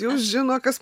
jau žino kas